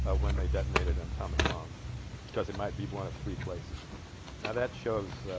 ah when they detonated an atomic bomb because it might be one of three places now that shows ah.